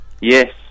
Yes